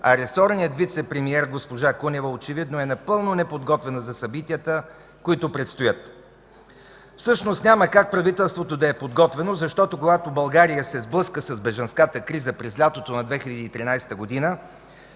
а ресорният вицепремиер госпожа Кунева очевидно е напълно неподготвена за събитията, които предстоят. Всъщност няма как правителството да е подготвено, защото когато България се сблъска с бежанската криза през лятото на 2013 г.,